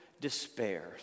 despair